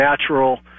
natural